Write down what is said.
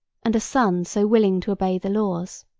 and a son so willing to obey the laws